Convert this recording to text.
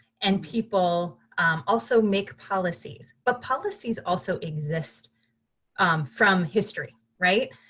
and people also make policies. but policies also exist from history right?